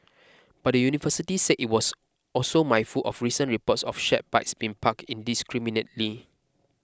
but the university said it was also mindful of recent reports of shared bikes being parked indiscriminately